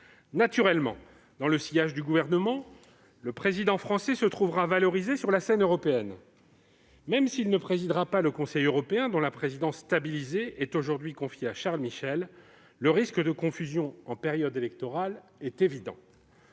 Naturellement, dans le sillage du Gouvernement, le président français se trouvera valorisé sur la scène européenne, même s'il ne présidera pas le Conseil européen, dont la présidence stabilisée est aujourd'hui confiée à Charles Michel. Le risque de confusion, en période électorale, est évident.